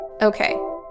Okay